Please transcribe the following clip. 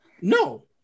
No